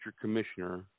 commissioner